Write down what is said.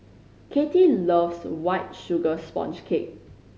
Katie loves White Sugar Sponge Cake